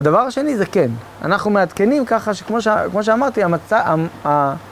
הדבר השני זה כן. אנחנו מעדכנים ככה שכמו שאמרתי, המצע...